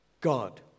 God